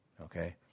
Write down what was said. okay